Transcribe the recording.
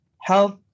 health